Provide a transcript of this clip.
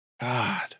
God